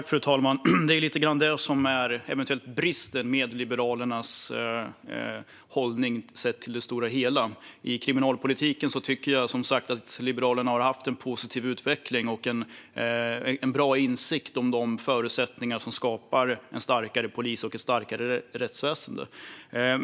Fru talman! Det är lite grann detta som eventuellt är bristen med Liberalernas hållning sett till det stora hela. I kriminalpolitiken tycker jag som sagt att Liberalerna har haft en positiv utveckling och en bra insikt i de förutsättningar som skapar en starkare polis och ett starkare rättsväsen.